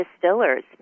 distillers